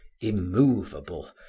immovable